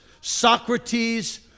Socrates